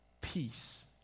Peace